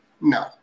no